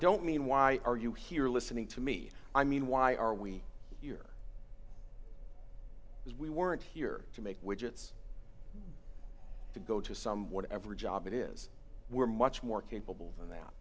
don't mean why are you here listening to me i mean why are we here as we weren't here to make widgets to go to some whatever job it is we're much more capable than that